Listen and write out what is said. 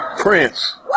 Prince